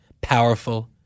powerful